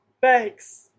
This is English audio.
thanks